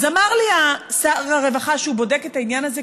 אז אמר לי שר הרווחה שהוא בודק את העניין הזה,